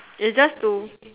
it's just to